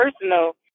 personal